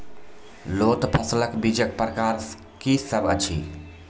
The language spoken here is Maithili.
लोत फसलक बीजक प्रकार की सब अछि?